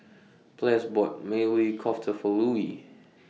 Ples bought Maili Kofta For Louie